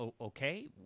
okay